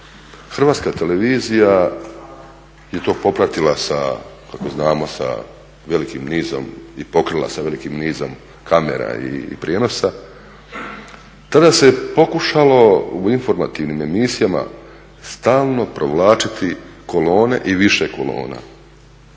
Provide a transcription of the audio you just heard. Hrvatska televizija je to popratila sa, kako znamo sa velikim nizom i pokrila sa velikim nizom kamera i prijenosa, tada se pokušalo u informativnim emisijama stalno provlačiti kolone i više kolona.